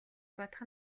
бодох